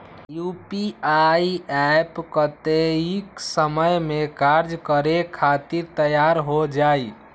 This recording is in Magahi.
यू.पी.आई एप्प कतेइक समय मे कार्य करे खातीर तैयार हो जाई?